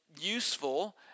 useful